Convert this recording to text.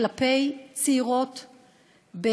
כלפי צעירות,